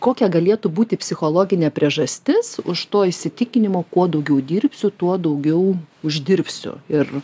kokia galėtų būti psichologinė priežastis už to įsitikinimo kuo daugiau dirbsiu tuo daugiau uždirbsiu ir